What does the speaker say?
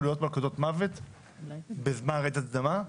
להיות מלכודות מוות בזמן רעידת אדמה.